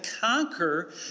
conquer